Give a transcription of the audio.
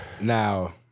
Now